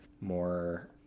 more